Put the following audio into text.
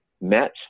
met